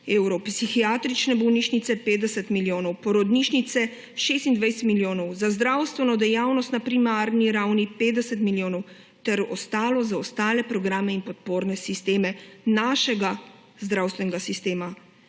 evrov, psihiatrične bolnišnice 50 milijonov, porodnišnice 26 milijonov, za zdravstveno dejavnost na primarni ravni 50 milijonov ter ostalo za ostale programe in podporne sisteme našega zdravstvenega sistema.